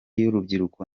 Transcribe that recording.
y’urubyiruko